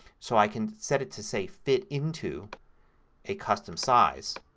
so i can set it to say, fit into a custom size.